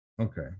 Okay